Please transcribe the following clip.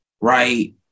right